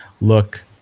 look